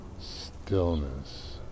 stillness